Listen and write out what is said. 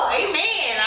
amen